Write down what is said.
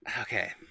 Okay